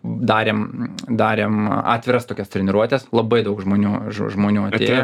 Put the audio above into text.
darėm darėm atviras tokias treniruotes labai daug žmonių žo žmonių atėjo